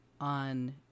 on